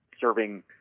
serving